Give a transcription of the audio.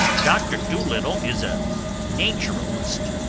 doctor dolittle is a nacheralist.